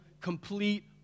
complete